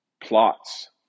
plots